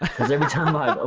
because every time i ah